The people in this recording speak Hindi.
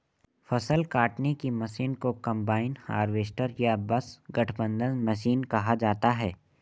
फ़सल काटने की मशीन को कंबाइन हार्वेस्टर या बस गठबंधन मशीन कहा जाता है